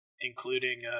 including